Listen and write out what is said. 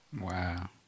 Wow